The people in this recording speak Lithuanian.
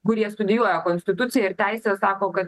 kurie studijuoja konstituciją ir teisę sako kad